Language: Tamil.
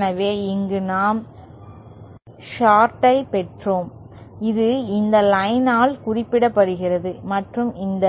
எனவே இங்கே நாம் ஷார்ட்ஐ பெற்றோம் இது இந்த லைனால் குறிக்கப்படுகிறது மற்றும் இந்த